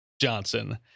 Johnson